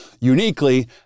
uniquely